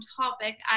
topic